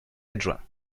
adjoints